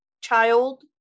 child